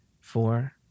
four